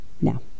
Now